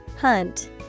hunt